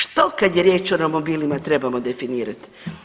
Što kad je riječ o romobilima trebamo definirati.